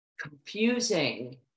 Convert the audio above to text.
confusing